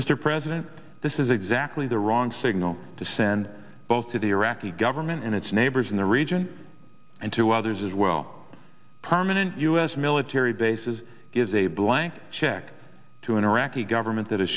mr president this is exactly the wrong signal to send both to the iraqi government and its neighbors in the region and to others as well permanent us military bases is a blank check to an iraqi government that has